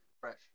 fresh